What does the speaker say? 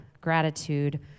gratitude